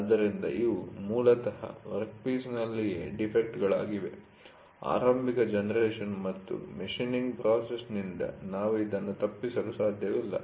ಆದ್ದರಿಂದ ಇವು ಮೂಲತಃ ವರ್ಕ್ಪೀಸ್ನಲ್ಲಿಯೇ ಡಿಫೆಕ್ಟ್'ಗಳಾಗಿವೆ ಆರಂಭಿಕ ಜನರೇಶನ್ ಮತ್ತು ಮಷೀನ್ನಿಂಗ್ ಪ್ರಾಸೆಸ್'ನಿಂದ ನಾವು ಇದನ್ನು ತಪ್ಪಿಸಲು ಸಾಧ್ಯವಿಲ್ಲ